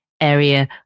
area